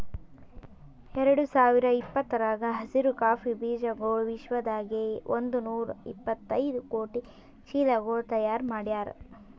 ಎರಡು ಸಾವಿರ ಇಪ್ಪತ್ತರಾಗ ಹಸಿರು ಕಾಫಿ ಬೀಜಗೊಳ್ ವಿಶ್ವದಾಗೆ ಒಂದ್ ನೂರಾ ಎಪ್ಪತ್ತೈದು ಕೋಟಿ ಚೀಲಗೊಳ್ ತೈಯಾರ್ ಮಾಡ್ಯಾರ್